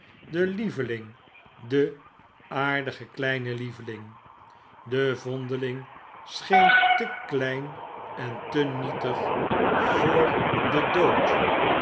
de lieveling de aardige kleine lieveling de vondeling scheen te klein en te nietig voor den dood